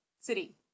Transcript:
City